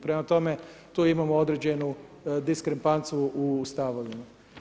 Prema tome, tu imamo određenu diskrepanciju u stavovima.